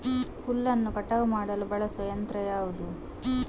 ಹುಲ್ಲನ್ನು ಕಟಾವು ಮಾಡಲು ಬಳಸುವ ಯಂತ್ರ ಯಾವುದು?